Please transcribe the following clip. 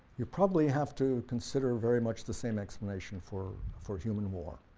you probably have to consider very much the same explanation for for human war.